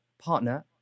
partner